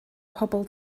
bobl